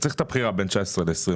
צריך את הבחירה בין 2019 ל-2020.